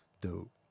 dope